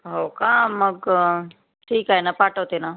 हो का मग ठीक आहे ना पाठवते ना